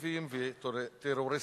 פרימיטיביים וטרוריסטים.